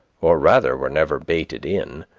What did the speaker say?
or rather were never baited in